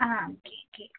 ആ okay okay